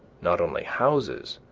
not only houses,